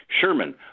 Sherman